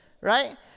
right